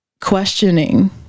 questioning